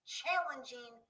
challenging